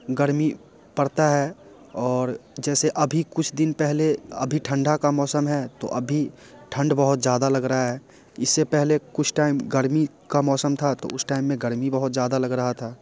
गर्मी पड़ता है और जैसे अभी कुछ दिन पहले अभी ठंडा का मौसम है तो अभी ठंड बहुत ज़्यादा लग रही है इससे पहले कुछ टाइम गर्मी का मौसम था तो उस टाइम में गर्मी बहुत ज़्यादा लग रहा था